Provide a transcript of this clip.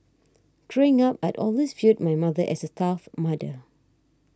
drink up I'd always viewed my mother as a tough mother